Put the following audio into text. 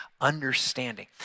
understanding